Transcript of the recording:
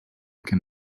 can